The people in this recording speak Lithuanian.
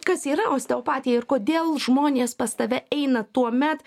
kas yra osteopatija ir kodėl žmonės pas tave eina tuomet